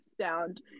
sound